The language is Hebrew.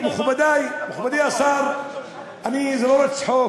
מכובדי, מכובדי השר, זה לא רק צחוק.